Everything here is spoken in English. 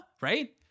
right